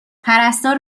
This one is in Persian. پرستار